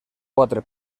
quatre